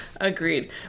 agreed